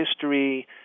history